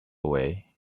away